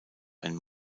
ein